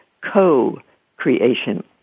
co-creation